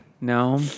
No